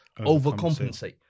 overcompensate